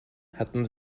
hatten